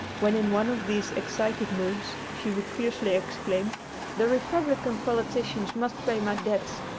when in one of these excited moods, she would fiercely exclaim the republican politicians must pay my debts.